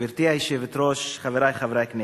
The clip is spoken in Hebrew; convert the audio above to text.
גברתי היושבת-ראש, חברי חברי הכנסת,